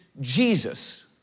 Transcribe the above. Jesus